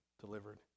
delivered